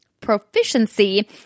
proficiency